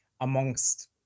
amongst